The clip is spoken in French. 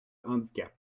handicap